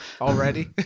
Already